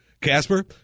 Casper